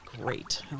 great